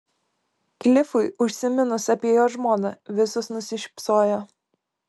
klifui užsiminus apie jo žmoną visos nusišypsojo